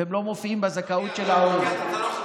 והם לא מופיעים בזכאות של ההורים.